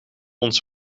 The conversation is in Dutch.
ons